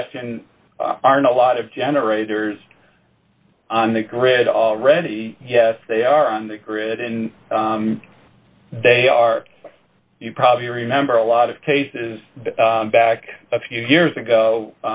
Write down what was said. question a lot of generators on the grid already yes they are on the grid and they are you probably remember a lot of cases back a few years